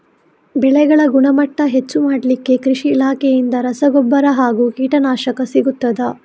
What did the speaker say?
ಬೆಳೆಗಳ ಗುಣಮಟ್ಟ ಹೆಚ್ಚು ಮಾಡಲಿಕ್ಕೆ ಕೃಷಿ ಇಲಾಖೆಯಿಂದ ರಸಗೊಬ್ಬರ ಹಾಗೂ ಕೀಟನಾಶಕ ಸಿಗುತ್ತದಾ?